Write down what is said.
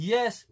Yes